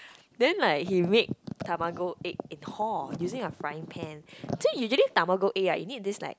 then like he makes Tamago egg in hall using a frying pan so usually Tamago egg right you need this like